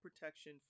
protection